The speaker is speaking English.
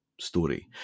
story